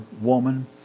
woman